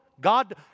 God